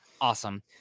Awesome